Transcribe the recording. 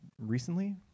recently